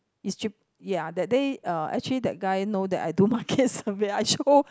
it's cheap ya that day uh actually that guy know that I do market survey I show